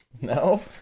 No